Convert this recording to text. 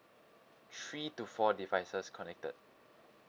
three to four devices connected